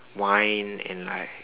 whine and like